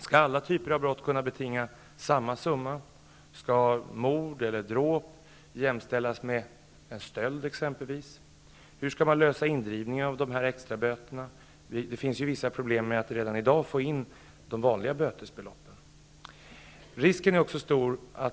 Skall alla typer av brott kunna betinga samma summa? Skall mord eller dråp jämställas med exempelvis stöld? Hur skall man lösa indrivningen av extraböterna? Det finns ju redan i dag vissa problem med att få in de vanliga böterna.